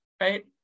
right